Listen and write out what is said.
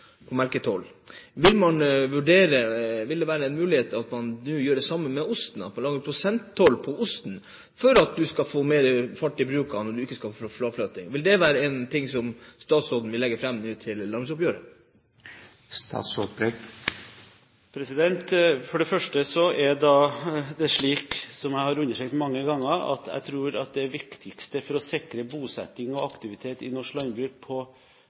Vil det være en mulighet for at man nå gjør det samme med osten, at man lager prosenttoll på osten for at man skal få mer fart i brukene for å forhindre fraflytting? Vil det være en ting som statsråden vil legge fram nå i landbruksoppgjøret? For det første er det slik, som jeg har understreket mange ganger, at det viktigste for å sikre bosetting, og aktivitet i norsk landbruk, på